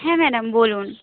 হ্যাঁ ম্যাডাম বলুন